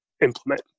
implement